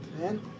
man